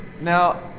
Now